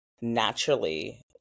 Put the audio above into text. naturally